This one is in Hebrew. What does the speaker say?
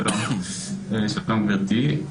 שלום, גברתי.